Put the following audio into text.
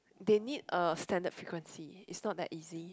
they need a standard frequency it's not that easy